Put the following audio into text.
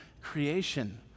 creation